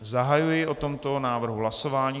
Zahajuji o tomto návrhu hlasování.